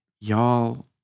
Y'all